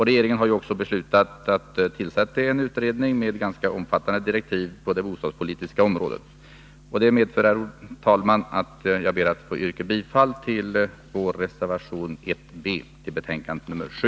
Regeringen har också beslutat att tillsätta en utredning på det bostadspolitiska området och givit den ganska omfattande direktiv. Mot den bakgrunden, herr talman, ber jag att få yrka bifall till vår reservation 1 b till civilutskottets betänkande nr 7.